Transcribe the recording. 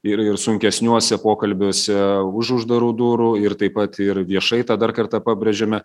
ir ir sunkesniuose pokalbiuose už uždarų durų ir taip pat ir viešai tą dar kartą pabrėžiame